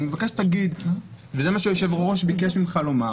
אני מבקש שתגיד וזה מה שהיושב-ראש ביקש ממך לומר